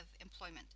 employment